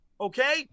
Okay